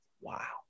Wow